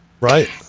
Right